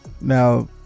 Now